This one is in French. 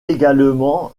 également